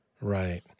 Right